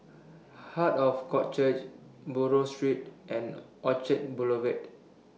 Heart of God Church Buroh Street and Orchard Boulevard